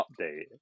update